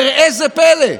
וראה זה פלא,